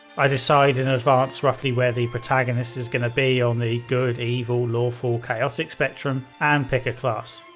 i decide in advance roughly where the protagonist is going to be on the good, evil, lawful, chaotic spectrum and pick a class.